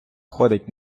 ходить